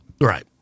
Right